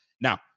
Now